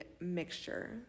mixture